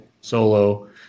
solo